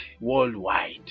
worldwide